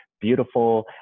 beautiful